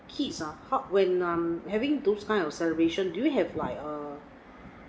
kids ah how when I'm having those kind of celebration do you have like a